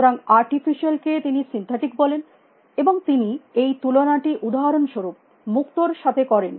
সুতরাং আর্টিফিশিয়াল কে তিনি সিন্থেটিক বলেন এবং তিনি এই তুলনাটি উদাহরণস্বরূপ মুক্তোর সাথে করেন